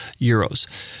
euros